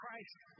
Christ